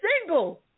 Single